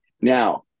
Now